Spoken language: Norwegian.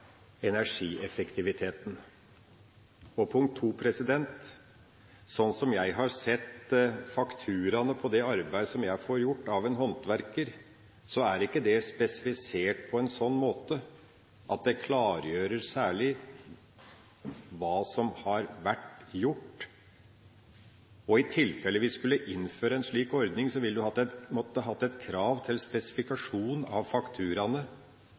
energieffektiviteten. Og punkt to: Sånn som jeg har sett fakturaene på det arbeidet som jeg får gjort av en håndverker, er ikke det spesifisert på en sånn måte at det klargjør særlig hva som har vært gjort. I tilfelle vi skulle innføre en slik ordning, ville vi måttet ha et krav til spesifikasjon av